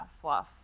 fluff